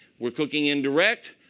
we're cooking indirect.